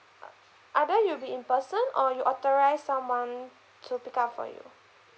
either you'll be in person or you authorize someone to pick up for you